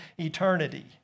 eternity